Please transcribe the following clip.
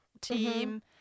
team